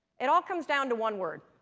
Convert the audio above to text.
it all comes down to one word